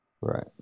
Right